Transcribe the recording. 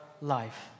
life